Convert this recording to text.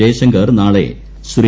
ജയശങ്കർ നാളെ ശ്രീ